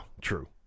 True